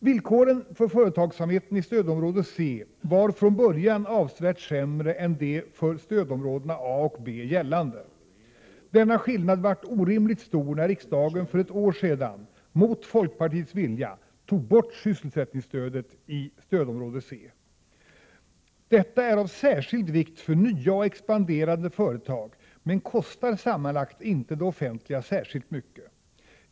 Villkoren för företagsamheten i stödområde C var från början avsevärt sämre än de för stödområdena A och B gällande. Denna skillnad vart orimligt stor när riksdagen för ett år sedan — mot folkpartiets vilja — tog bort sysselsättningsstödet i stödområde C. Detta är av särskild vikt för nya och expanderande företag, men kostar sammanlagt inte det offentliga särskilt mycket.